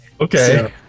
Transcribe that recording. Okay